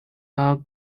are